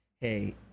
Hey